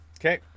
Okay